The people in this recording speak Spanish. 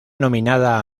nominada